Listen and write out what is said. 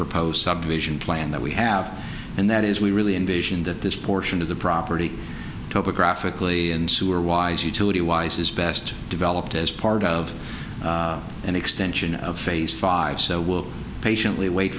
proposed subdivision plan that we have and that is we really envision that this portion of the property topographically and sewer wise utility wise is best developed as part of an extension of phase five so we'll patiently wait